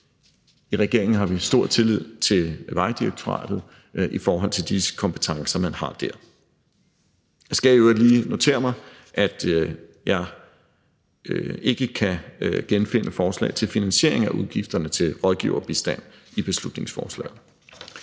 I regeringen har vi stor tillid til Vejdirektoratet i forhold til de kompetencer, man har der. Jeg har i øvrigt lige noteret mig, at jeg i beslutningsforslaget ikke kan genfinde forslag til finansiering af udgifterne til rådgiverbistand. Et bedre vidensgrundlag